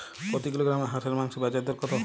প্রতি কিলোগ্রাম হাঁসের মাংসের বাজার দর কত?